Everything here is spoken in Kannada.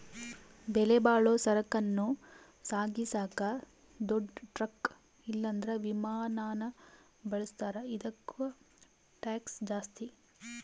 ಬೆಲೆಬಾಳೋ ಸರಕನ್ನ ಸಾಗಿಸಾಕ ದೊಡ್ ಟ್ರಕ್ ಇಲ್ಲಂದ್ರ ವಿಮಾನಾನ ಬಳುಸ್ತಾರ, ಇದುಕ್ಕ ಟ್ಯಾಕ್ಷ್ ಜಾಸ್ತಿ